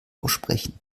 aussprechen